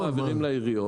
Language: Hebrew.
אנחנו מעבירים לעיריות.